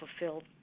fulfilled